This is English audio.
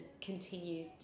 continue